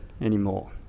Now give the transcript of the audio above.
anymore